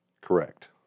Correct